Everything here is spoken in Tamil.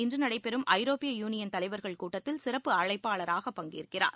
இன்றுநடைபெறும் ஐரோப்பிய யூனியன் தலைவர்கள் கூட்டத்தில் சிறப்பு அழைப்பாளராக பங்கேற்கிறார்